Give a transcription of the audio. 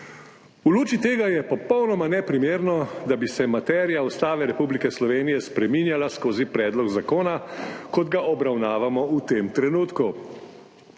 V luči tega je popolnoma neprimerno, da bi se materija Ustave Republike Slovenije spreminjala skozi predlog zakona, kot ga obravnavamo v tem trenutku.